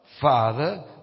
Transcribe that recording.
father